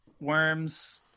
worms